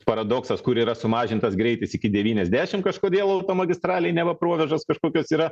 paradoksas kur yra sumažintas greitis iki devyniasdešimt kažkodėl automagistralėj neva provėžos kažkokios yra